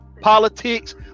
politics